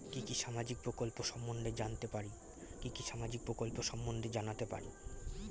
কি কি সামাজিক প্রকল্প সম্বন্ধে জানাতে পারি?